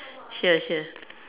here here